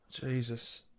Jesus